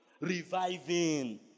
reviving